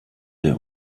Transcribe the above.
der